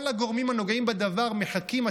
כל הגורמים הנוגעים בדבר מחכים,